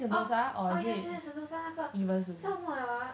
oh oh yeah yeah yeah sentosa 那个叫什么 liao ah